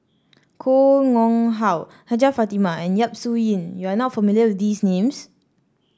Koh Nguang How Hajjah Fatimah and Yap Su Yin you are not familiar with these names